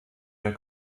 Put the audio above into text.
der